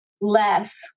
less